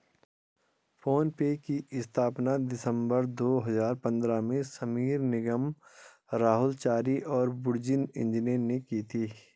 phone पे की स्थापना दिसंबर दो हजार पन्द्रह में समीर निगम, राहुल चारी और बुर्जिन इंजीनियर ने की थी